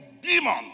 demon